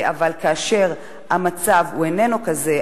אבל כאשר המצב איננו כזה,